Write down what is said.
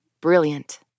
Brilliant